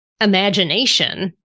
imagination